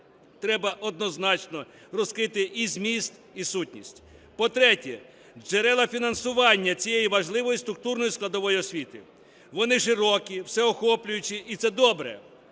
Треба однозначно розкрити і зміст, і сутність. По-третє, джерела фінансування цієї важливої структурної складової освіти. Вони широкі, всеохоплюючі і це добре,